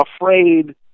afraid